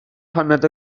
paned